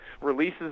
releases